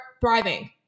thriving